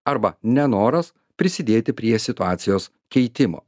arba nenoras prisidėti prie situacijos keitimo